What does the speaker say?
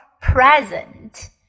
present